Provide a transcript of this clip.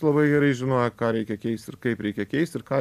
labai gerai žinojo ką reikia keist ir kaip reikia keist ir ką